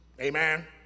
amen